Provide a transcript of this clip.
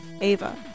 Ava